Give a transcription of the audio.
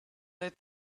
let